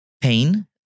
Pain